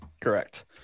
correct